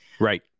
right